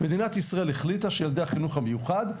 מדינת ישראל החליטה שילדי החינוך המיוחד,